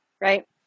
Right